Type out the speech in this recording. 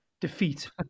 defeat